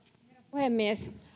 puhemies